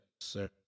sir